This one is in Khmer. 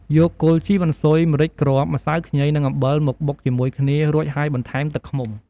យកគល់ជីវ៉ាន់ស៊ុយ ម្រេចគ្រាប់ ម្សៅខ្ញី និងអំបិលមកបុកជាមួយគ្នា រួចហើយបន្ថែមទឹកឃ្មុំ។